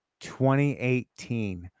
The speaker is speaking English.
2018